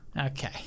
okay